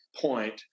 point